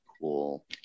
cool